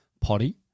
potty